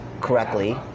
correctly